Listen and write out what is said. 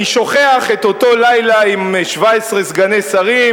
אני שוכח את אותו לילה עם 17 סגני שרים